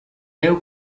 veu